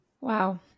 Wow